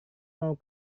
mau